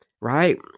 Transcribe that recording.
Right